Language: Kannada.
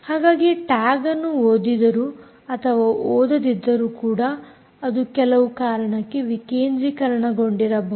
ಹಾಗಾಗಿ ಟ್ಯಾಗ್ ಅನ್ನು ಓದಿದರು ಅಥವಾ ಓದದಿಲ್ಲದಿದ್ದರೂ ಕೂಡ ಅದು ಕೆಲವು ಕಾರಣಕ್ಕೆ ವಿಕೇಂದ್ರೀಕರಣಗೊಂಡಿರಬಹುದು